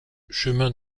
chemin